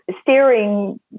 steering